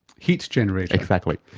heat generator? exactly.